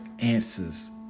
answers